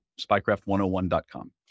spycraft101.com